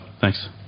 thanks